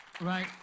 right